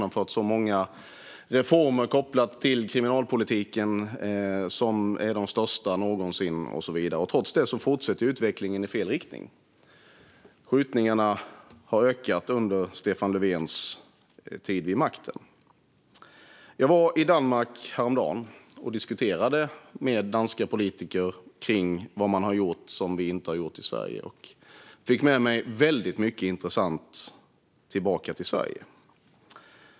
Många reformer kopplade till kriminalpolitiken som har genomförts är de största någonsin och så vidare. Trots det fortsätter utvecklingen i fel riktning. Skjutningarna har ökat under Stefan Löfvens tid vid makten. Jag var häromdagen i Danmark och diskuterade med danska politiker vad man har gjort som vi i Sverige inte har gjort, och jag fick med mig mycket intressant tillbaka.